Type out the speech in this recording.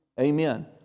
Amen